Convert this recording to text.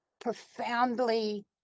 profoundly